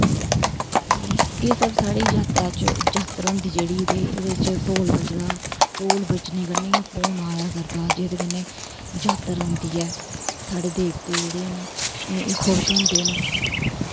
ते एह् सब साढ़े जात्तरा च जात्तर होंदी जेह्ड़ी ते एह्दे च ढोल बजदा ढोल बज्जने कन्ने गै पौन आया करदा जेह्दे कन्ने जात्तर आंदी ऐ साढ़े देवते जेह्ड़े न एह् खुश होंदे न